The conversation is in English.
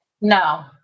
No